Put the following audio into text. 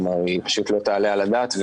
היא פשוט לא תעלה על הדעת,